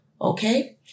Okay